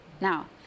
now